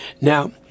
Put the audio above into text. Now